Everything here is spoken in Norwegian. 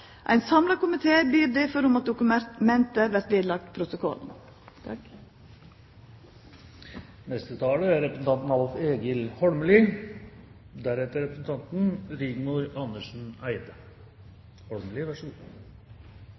Ein samla komité ber derfor om at dokumentet vert vedlagt protokollen. Det er eit viktig spørsmål representanten Rigmor Andersen Eide